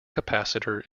capacitor